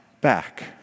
back